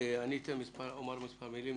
אני אומר מספר מילים.